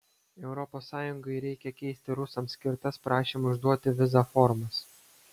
europos sąjungai reikia keisti rusams skirtas prašymo išduoti vizą formas